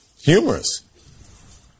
humorous